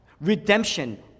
redemption